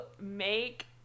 make